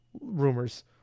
rumors